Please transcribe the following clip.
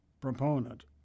Proponent